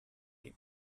gate